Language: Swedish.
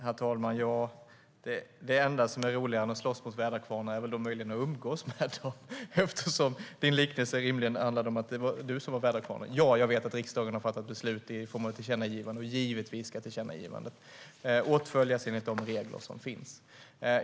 Herr talman! Det enda som är roligare än att slåss mot väderkvarnar är möjligen att umgås med dem eftersom din liknelse rimligen handlade om att det var du som var väderkvarnen. Jag vet att riksdagen har fattat beslut i form av ett tillkännagivande. Givetvis ska ett tillkännagivande åtföljas enligt de regler som finns.